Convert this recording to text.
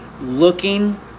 looking